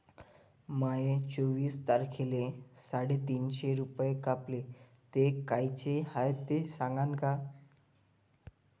माये चोवीस तारखेले साडेतीनशे रूपे कापले, ते कायचे हाय ते सांगान का?